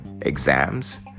exams